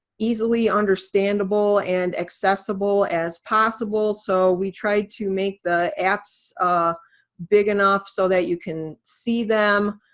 easily understandable and accessible as possible, so we tried to make the apps big enough so that you can see them.